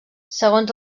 segons